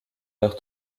leur